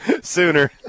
Sooner